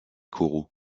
coraux